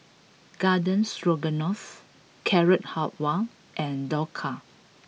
Garden Stroganoff Carrot Halwa and Dhokla